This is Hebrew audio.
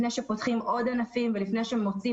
לפני שפותחים עוד ענפים ולפני שמוצאים